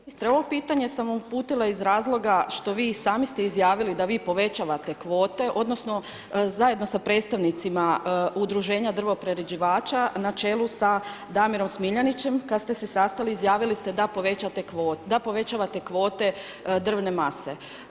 Ministre, ovo pitanje sam uputila iz razloga što vi i sami ste izjavili da vi povećavate kvote, odnosno zajedno sa predstavnicima udruženja drvoprerađivača na čelu sa Damirom Smiljanićem kad ste se sastali izjavili ste da povećavate kvote drvne mase.